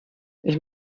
ich